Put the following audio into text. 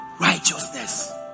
Righteousness